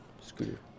Scooter